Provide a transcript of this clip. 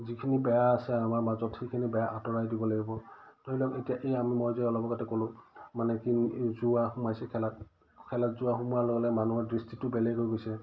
যিখিনি বেয়া আছে আমাৰ মাজত সেইখিনি বেয়া আঁতৰাই দিব লাগিব ধৰি লওক এতিয়া এই আমি মই যে অলপ আগতে ক'লোঁ মানে কিন যোৱা সোমাইছে খেলাত খেলাত যোৱা সোমোৱাৰ লগে লগে মানুহৰ দৃষ্টিটো বেলেগ হৈ গৈছে